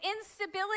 instability